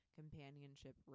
companionship